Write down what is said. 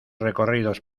recorridos